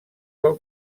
del